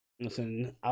Listen